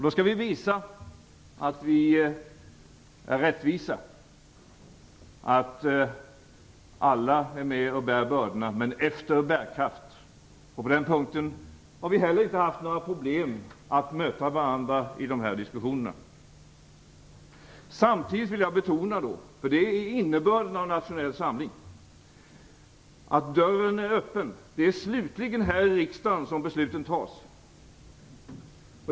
Då skall vi visa att vi är rättvisa, att alla är med och bär bördorna, men efter bärkraft. På den punkten har vi inte heller haft några problem att möta varandra i diskussionerna. Samtidigt vill jag betona - det är innebörden i nationell samling - att dörren är öppen. Det är slutligen här i riksdagen som besluten fattas.